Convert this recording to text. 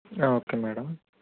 okay madam